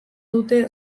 dute